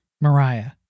Mariah